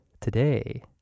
today